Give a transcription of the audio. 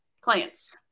Clients